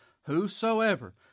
whosoever